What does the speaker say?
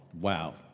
Wow